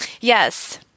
Yes